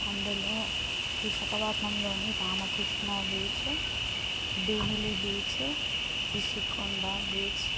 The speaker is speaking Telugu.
అందులో విశాఖపట్నంలోని Ramakrishna beach Bheemili beach Rishikonda beach